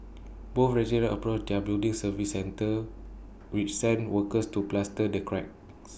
both residents approached their building services centre which sent workers to plaster the cracks